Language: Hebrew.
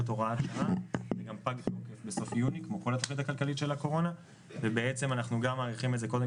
הוראת שעה וזה גם פג תוקף בסוף יוני ובעצם אנחנו גם מאריכים את זה קודם